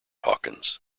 hawkins